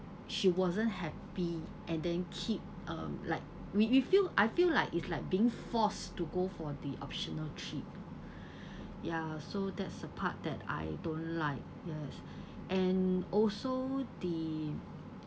she wasn't happy and then keep um like we we feel I feel like it's like being forced to go for the optional trip ya so that's the part that I don't like yes and also the